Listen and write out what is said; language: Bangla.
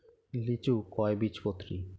লিচু কয় বীজপত্রী?